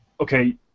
okay